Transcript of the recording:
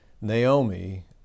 Naomi